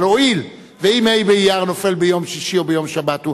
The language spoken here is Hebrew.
אבל אם ה' באייר נופל ביום שישי או בשבת,